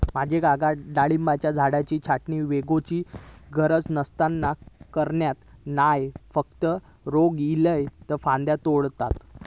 माझे काका डाळिंबाच्या झाडाची छाटणी वोगीचच गरज नसताना करणत नाय, फक्त रोग इल्लले फांदये तोडतत